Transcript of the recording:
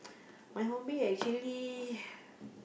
my hobby actually